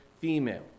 female